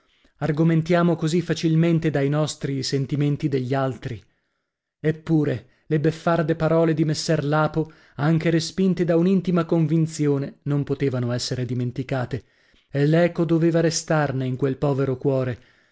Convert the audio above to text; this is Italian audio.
eterna argomentiamo così facilmente dai nostri i sentimenti degli altri eppure le beffarde parole di messer lapo anche respinte da un'intima convinzione non potevano essere dimenticate e l'eco doveva restarne in quel povero cuore